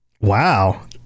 Wow